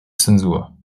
zäsur